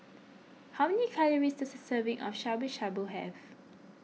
how many calories does a serving of Shabu Shabu have